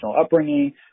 upbringing